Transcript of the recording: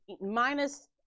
minus